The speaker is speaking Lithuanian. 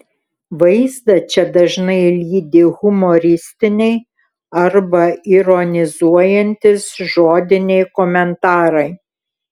vaizdą čia dažnai lydi humoristiniai arba ironizuojantys žodiniai komentarai